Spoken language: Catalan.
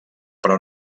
però